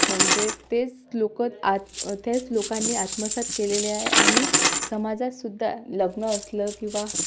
म्हणजे तेच लोक आज त्याच लोकांनी आत्मसात केलेले आहे आणि समाजात सुद्धा लग्न असलं किंवा